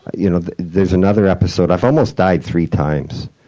you know there's another episode i've almost died three times.